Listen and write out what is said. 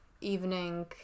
evening